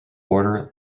order